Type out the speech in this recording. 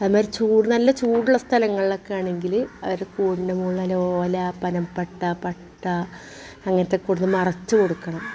അതേമാതിരി ചൂട് നല്ല ചൂടുള്ള സ്ഥലങ്ങളിലൊക്കെ ആണെങ്കിൽ അത് കൂടിൻ്റെ മുകളിൽ അതിൻ്റെ ഓല പനം പട്ട പട്ട അങ്ങനത്തെ കൂട് മറച്ച് കൊടുക്കണം